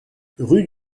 rue